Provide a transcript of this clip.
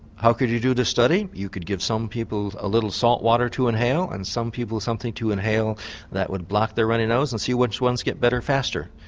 how could you do this study? you could give some people a little salt water to inhale and some people something to inhale that would block their runny nose and see which ones get better faster.